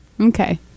okay